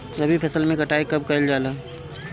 रबी फसल मे कटाई कब कइल जाला?